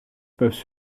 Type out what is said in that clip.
peuvent